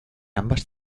ambas